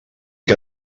que